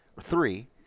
three